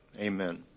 Amen